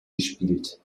gespielt